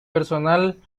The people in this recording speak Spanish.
personal